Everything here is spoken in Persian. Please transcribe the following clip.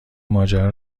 ماجرا